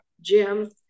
Jim